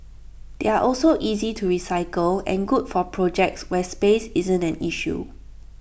they are also easy to recycle and good for projects where space isn't an issue